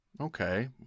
Okay